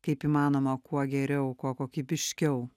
kaip įmanoma kuo geriau kuo kokybiškiau